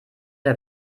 der